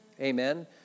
amen